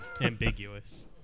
ambiguous